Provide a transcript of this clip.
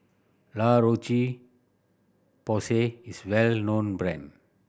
La Roche Porsay is a well known brand